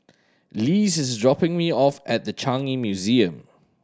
Lise is dropping me off at The Changi Museum